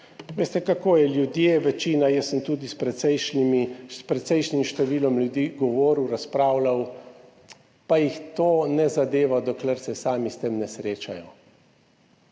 Veste kako je, ljudje, večina, jaz sem tudi s precejšnjimi, s precejšnjim številom ljudi govoril, razpravljal, pa jih to ne zadeva dokler se sami s tem ne srečajo,